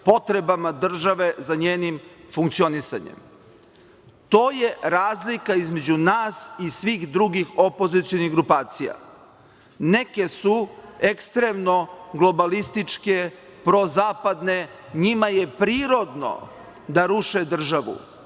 potrebama države za njenim funkcionisanjem. To je razlika između nas i svih drugih opozicionih grupacija. Neke su ekstremno globalističke, prozapadne, njima je prirodno da ruše države,